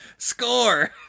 Score